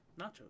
Nachos